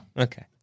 Okay